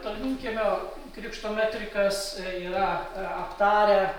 tolminkiemio krikšto metrikas yra aptarę